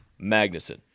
Magnuson